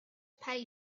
pay